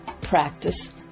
practice